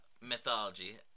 mythology